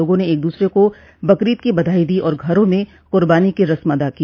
लोगों ने एक दूसरे को बकरीद की बधाई दी और घरों में कुर्बानी की रस्म अदा की